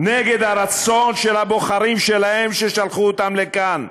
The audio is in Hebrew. נגד הרצון של הבוחרים שלהם, ששלחו אותם לכאן.